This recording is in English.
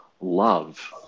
love